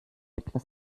etwas